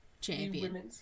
champion